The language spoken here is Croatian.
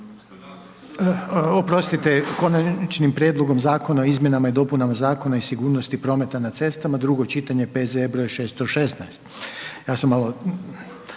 Oprostite, Konačnim prijedlogom Zakona o izmjenama i dopunama Zakona o sigurnosti prometa cestama, drugo čitanje, P.Z.E. br. 616, ja sam malo